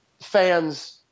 fans